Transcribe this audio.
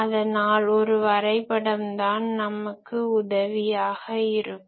அதனால் ஒரு வரைபடம் தான் நமக்கு உதவியாக இருக்கும்